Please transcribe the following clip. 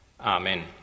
Amen